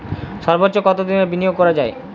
সর্বোচ্চ কতোদিনের বিনিয়োগ করা যায়?